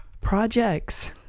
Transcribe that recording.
projects